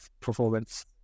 performance